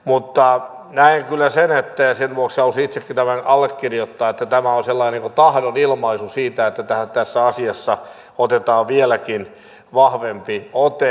mutta näen kyllä sen ja sen vuoksi halusin itsekin tämän allekirjoittaa että tämä on sellainen niin kuin tahdonilmaisu siitä että tässä asiassa otetaan vieläkin vahvempi ote